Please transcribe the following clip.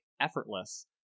effortless